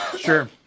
Sure